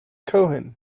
cohen